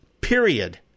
Period